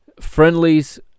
Friendlies